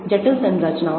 जटिल संरचनाओं पर